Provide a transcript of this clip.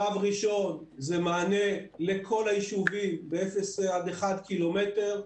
שלב ראשון זה מענה לכל היישובים ב-0 1 קילומטרים,